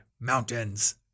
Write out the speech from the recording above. mountains